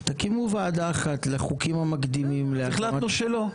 תקימו ועדה אחת לחוקים המקדימים להקמת --- אז החלטנו שלא.